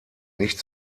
nicht